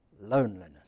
loneliness